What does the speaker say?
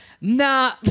Nah